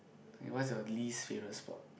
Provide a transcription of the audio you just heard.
okay what's your least favourite sport